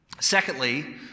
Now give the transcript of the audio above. Secondly